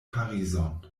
parizon